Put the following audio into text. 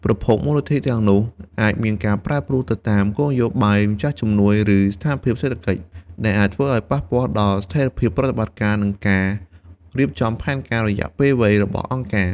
ប្រភពមូលនិធិទាំងនោះ អាចមានការប្រែប្រួលទៅតាមគោលនយោបាយម្ចាស់ជំនួយឬស្ថានភាពសេដ្ឋកិច្ច ដែលអាចធ្វើឲ្យប៉ះពាល់ដល់ស្ថិរភាពប្រតិបត្តិការ និងការរៀបចំផែនការរយៈពេលវែងរបស់អង្គការ។